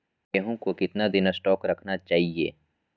गेंहू को कितना दिन स्टोक रखना चाइए?